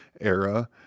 era